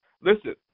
Listen